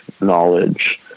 knowledge